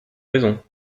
raison